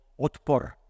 Otpor